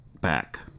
back